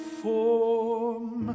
form